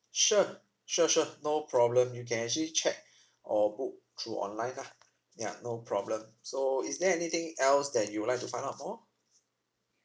sure sure sure no problem you can actually check or book through online lah ya no problem so is there anything else that you would like to find out more